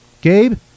Gabe